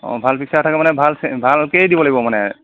অঁ ভাল পিক্সাৰ থকা মানে ভাল ভালকৈয়ে দিব লাগিব মানে